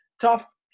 tough